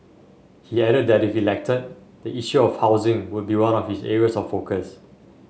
he added that if elected the issue of housing would be one of his areas of focus